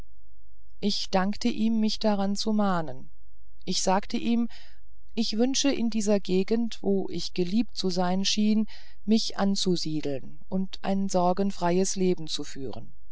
ich dankte ihm mich daran zu mahnen ich sagte ihm ich wünsche in dieser gegend wo ich geliebt zu sein schien mich anzusiedeln und ein sorgenfreies leben zu führen